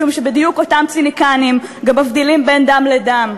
משום שבדיוק אותם ציניקנים גם מבדילים בין דם לדם,